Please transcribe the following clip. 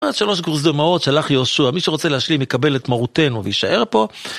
שלוש גוזמאות שלח יהושע, מי שרוצה להשלים יקבל את מרותנו ויישאר פה